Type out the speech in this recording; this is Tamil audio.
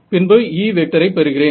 பின்பு E ஐ பெறுகிறேன்